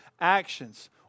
actions